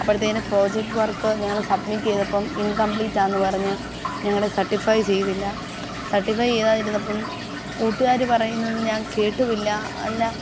അപ്പോഴത്തേനും project work ഞങ്ങൾ submit ചെയ്തപ്പം ഇൻകംപ്ലീറ്റ് ആണെന്ന് പറഞ്ഞ് ഞങ്ങളുടെ സർടിഫൈ ചെയ്തില്ല സർടിഫൈ ചെയ്യാതിരുന്നപ്പം കൂട്ടുകാർ പറയുന്നത് ഞാൻ കേട്ടും ഇല്ല അല്ല